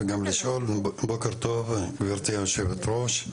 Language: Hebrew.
בוקר טוב גבירתי היושבת-ראש.